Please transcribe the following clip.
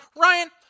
Ryan